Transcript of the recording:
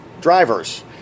drivers